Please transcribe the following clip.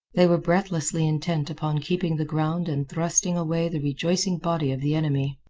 they were breathlessly intent upon keeping the ground and thrusting away the rejoicing body of the enemy.